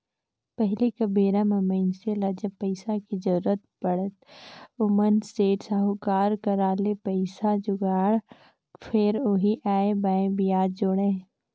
पहिली कर बेरा म मइनसे ल जब पइसा के जरुरत पड़य त ओमन सेठ, साहूकार करा ले पइसा जुगाड़य, फेर ओही आंए बांए बियाज जोड़य